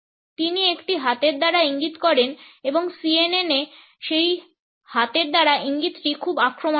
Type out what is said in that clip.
তিনি একটি হাতের দ্বারা একটি ইঙ্গিত করেন এবং CNN এ সেই হাতের দ্বারা ইঙ্গিতটি খুব আক্রমণাত্মক